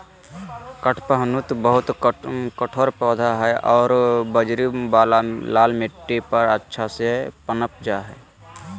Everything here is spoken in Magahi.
कडपहनुत बहुत कठोर पौधा हइ आरो बजरी वाला लाल मिट्टी पर अच्छा से पनप जा हइ